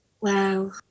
Wow